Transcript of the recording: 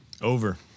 Over